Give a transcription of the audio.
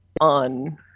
on